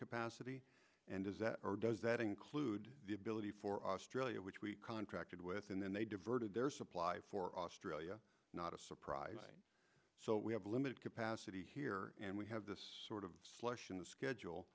capacity and does that or does that include the ability for australia which we contracted with and then they diverted their supply for australia not a surprise so we have limited capacity here and we have this sort of slush in the schedule